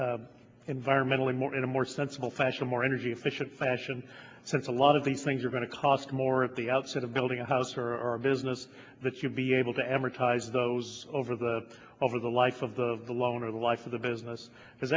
environmentally more in a more sensible fashion more energy efficient fashion sense a lot of these things are going to cost more at the outset of building a house or a business that you'd be able to amortize those over the over the likes of the of the loan or the life of the business because